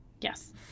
yes